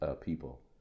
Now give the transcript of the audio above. people